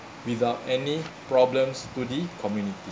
without any problems to the community